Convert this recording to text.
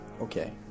okay